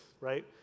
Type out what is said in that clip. right